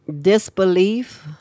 disbelief